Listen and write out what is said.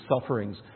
sufferings